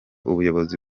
ubuyobozi